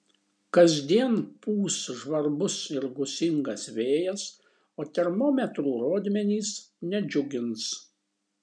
kasdien pūs žvarbus ir gūsingas vėjas o termometrų rodmenys nedžiugins